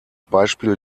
beispiel